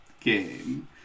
game